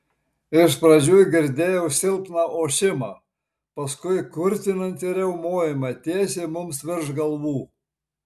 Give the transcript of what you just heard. iš pradžių girdėjau silpną ošimą paskui kurtinantį riaumojimą tiesiai mums virš galvų